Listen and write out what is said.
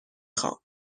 خوام